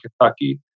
Kentucky